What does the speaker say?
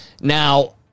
Now